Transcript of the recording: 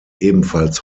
ebenfalls